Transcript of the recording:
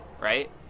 right